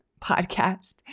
podcast